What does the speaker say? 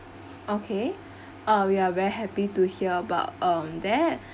okay uh we are very happy to hear about um that